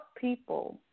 people